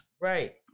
right